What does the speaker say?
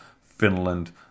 Finland